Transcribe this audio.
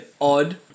odd